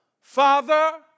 Father